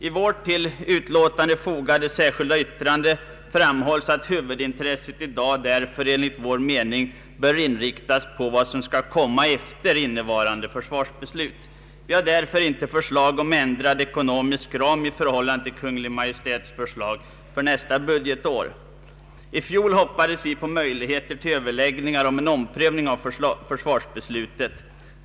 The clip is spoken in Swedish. I vårt till utlåtandet fogade särskilda yttrande framhålls att huvudintresset i dag enligt vår mening därför bör inriktas på vad som skall komma efter innevarande försvarsbeslut. Vi har därför inte förslag om ändrad ekonomisk ram i förhållande till Kungl. Maj:ts förslag för nästa budgetår. I fjol hoppades vi på möjligheter till överläggningar om en omprövning av försvarsbeslutet.